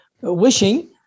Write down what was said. wishing